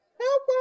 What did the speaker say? Help